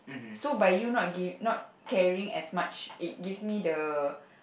so by you not gi~ by not caring as much it gives me the